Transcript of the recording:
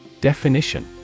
Definition